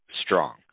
strong